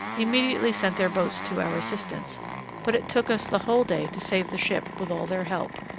immediately sent their boats to our assistance but it took us the whole day to save the ship with all their help.